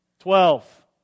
Twelve